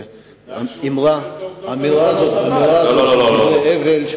בתנאי שהוא מוסר את העובדות הנכונות לבית.